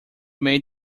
may